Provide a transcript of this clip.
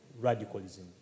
radicalism